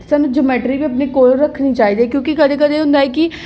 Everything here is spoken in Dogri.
सानू जैम्ट्री अपनी कोल रक्खनी चाहिदी क्योंकि कदें कदें होंदा कि